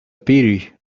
pity